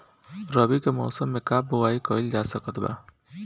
रवि के मौसम में का बोआई कईल जा सकत बा?